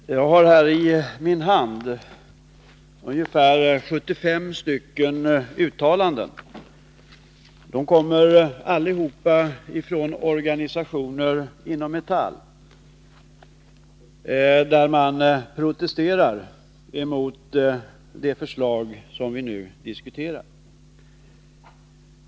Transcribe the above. Herr talman! Jag har här i min hand ungefär 75 uttalanden — de kommer allihop från organisationer inom Metall — där man protesterar mot det förslag som vi nu diskuterar.